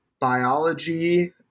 biology